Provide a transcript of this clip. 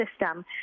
system